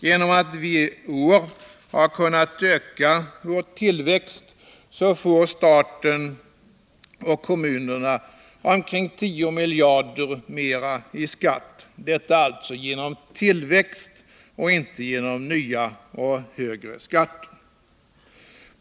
Genom att vi i år har kunnat öka vår tillväxt, får staten och kommunerna omkring 10 miljarder mer i skatt — detta alltså genom tillväxt och inte genom nya eller högre skatter.